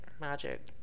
magic